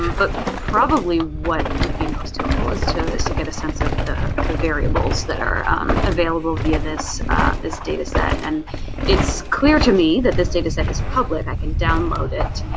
but probably what would be most helpful is to is to get a sense of the the variables that are available via this this data set and it's clear to me that this data set is public, i can download it.